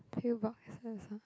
pill boxes ah